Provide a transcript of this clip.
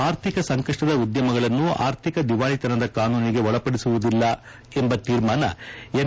ಆರ್ಥಿಕ ಸಂಕಷ್ಟದ ಉದ್ಯಮಗಳನ್ನು ಆರ್ಥಿಕ ದಿವಾಳಿತನದ ಕಾನೂನಿಗೆ ಒಳಪಡಿಸುವುದಿಲ್ಲ ಎಂಬ ತೀರ್ಮಾನ ಎಂ